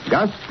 Gus